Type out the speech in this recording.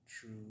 True